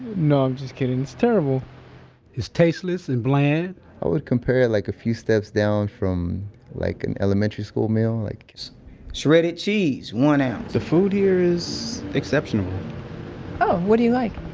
no. i'm just kidding. it's terrible it's tasteless and bland i would compare it like a few steps down from like an elementary school meal like shredded cheese, one ounce the food here is exceptional oh. what do you like?